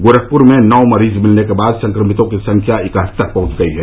गोरखपुर में नौ मरीज मिलने के बाद संक्रमितों की संख्या इकहत्तर पहुंच गई है